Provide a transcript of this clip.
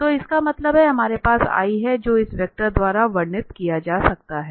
तो इसका मतलब है हमारे पास i है जो इस वेक्टर द्वारा वर्णित किया जा सकता है